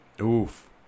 Oof